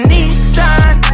Nissan